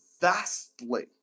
vastly